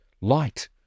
Light